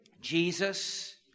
Jesus